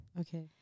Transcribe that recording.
Okay